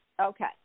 Okay